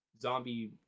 zombie